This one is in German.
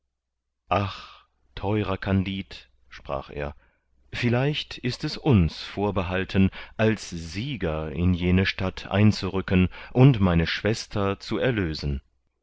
ach theurer kandid sprach er vielleicht ist es uns vorbehalten als sieger in jene stadt einzurücken und meine schwester zu erlösen